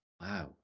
wow